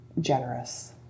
generous